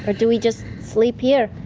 but do we just sleep here?